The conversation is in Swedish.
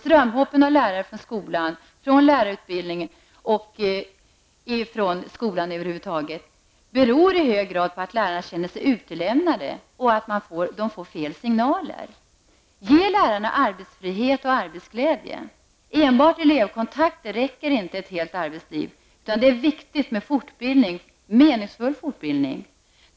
Strömhoppen från lärarutbildningen, och från skolan över huvud taget, beror i hög grad på att lärarna känner sig utelämnade och att de får fel signaler. Ge lärarna frihet att arbeta och arbetsglädje! Enbart elevkontakter räcker inte ett helt arbetsliv, utan det är viktigt med meningsfull fortbildning.